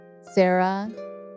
Sarah